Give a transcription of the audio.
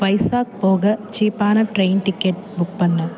வைசாக் போக சீப்பான train ticket book பண்ணு